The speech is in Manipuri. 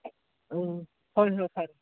ꯍꯣꯏ ꯍꯣꯏ ꯐꯔꯦ